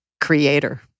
creator